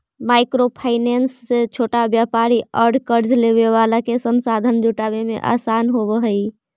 micro finance से छोटा व्यापारि औउर कर्ज लेवे वाला के संसाधन जुटावे में आसान होवऽ हई